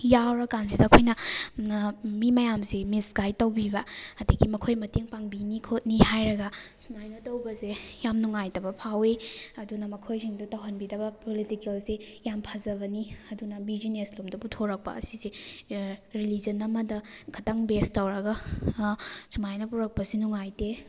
ꯌꯥꯎꯔꯀꯥꯟꯁꯤꯗ ꯑꯩꯈꯣꯏꯅ ꯃꯤ ꯃꯌꯥꯝꯁꯦ ꯃꯤꯁꯒꯥꯏꯠ ꯇꯧꯕꯤꯕ ꯑꯗꯒꯤ ꯃꯈꯣꯏ ꯃꯇꯦꯡ ꯄꯥꯡꯕꯤꯅꯤ ꯈꯣꯠꯅꯤ ꯍꯥꯏꯔꯒ ꯁꯨꯃꯥꯏꯅ ꯇꯧꯕꯁꯦ ꯌꯥꯝ ꯅꯨꯡꯉꯥꯏꯇꯕ ꯐꯥꯎꯋꯤ ꯑꯗꯨꯅ ꯃꯈꯣꯏꯁꯤꯡꯗꯨ ꯇꯧꯍꯟꯕꯤꯗꯕ ꯄꯣꯂꯤꯇꯤꯀꯦꯜꯁꯤ ꯌꯥꯝ ꯐꯖꯕꯅꯤ ꯑꯗꯨꯅ ꯕꯤꯖꯤꯅꯦꯁ ꯂꯣꯝꯗ ꯄꯨꯊꯣꯔꯛꯄ ꯑꯁꯤꯁꯦ ꯔꯤꯂꯤꯖꯟ ꯑꯃꯗ ꯈꯇꯪ ꯕꯦꯖ ꯇꯧꯔꯒ ꯁꯨꯃꯥꯏꯅ ꯄꯨꯔꯛꯄꯁꯤ ꯅꯨꯡꯉꯥꯏꯇꯦ